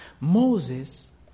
Moses